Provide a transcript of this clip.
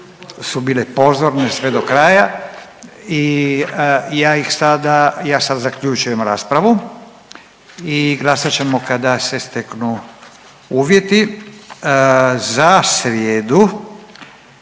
su bile pozorne sve do kraja i ja sad zaključujem raspravu i glasat ćemo kada se steknu uvjeti. Za srijedu